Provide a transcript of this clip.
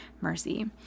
mercy